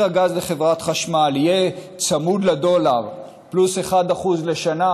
הגז לחברת חשמל יהיה צמוד לדולר פלוס 1% לשנה,